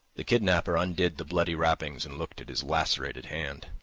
the kidnapper undid the bloody wrappings and looked at his lacerated hand.